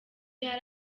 hari